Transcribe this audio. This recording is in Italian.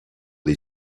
dei